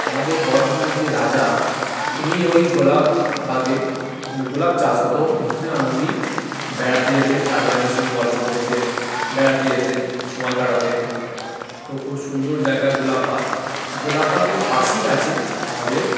আমাদের বর্ধমানের যে রাজা উনি ওই গোলাপবাগে মানে গোলাপ চাষ হতো ওখানে উনি বেড়াতে যেতেন রাজা রানীর সঙ্গে গল্প করতেন বেড়াতে যেতেন সময় কাটাতেন তো খুব সুন্দর জায়গায় গোলাপবাগ গোলাপবাগের পাশেই আছে আমাদের